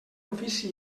ofici